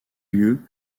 lieu